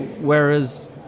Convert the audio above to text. whereas